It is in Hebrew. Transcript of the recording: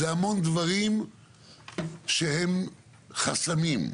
זה המון דברים שהם חסמים.